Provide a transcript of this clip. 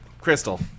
Crystal